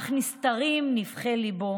אך נסתרים נבכי ליבו